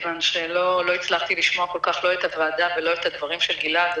כי לא הצלחתי לשמוע כל כך לא את הוועדה ולא את הדברים של גלעד,